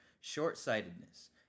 Short-sightedness